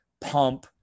pump